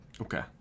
okay